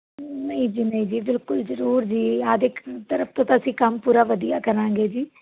ਨਈਂ ਜੀ ਨਈਂ ਜੀ ਬਿਲਕੁਲ ਜਰੂਰ ਜੀ ਆਪਦੇ ਤਰਫ ਤੋਂ ਤਾਂ ਅਸੀਂ ਕੰਮ ਪੂਰਾ ਵਧੀਆ ਕਰਾਂਗੇ ਜੀ